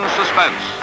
suspense